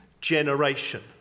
generation